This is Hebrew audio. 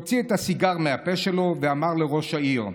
הוציא את הסיגר מהפה שלו ואמר לראש העיר: